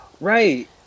Right